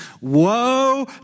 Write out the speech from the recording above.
woe